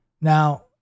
now